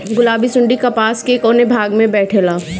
गुलाबी सुंडी कपास के कौने भाग में बैठे ला?